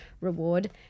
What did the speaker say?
reward